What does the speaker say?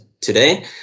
today